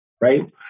Right